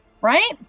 right